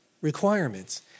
requirements